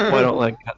i don't like oh,